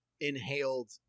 inhaled